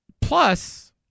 Plus